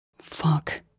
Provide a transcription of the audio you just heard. fuck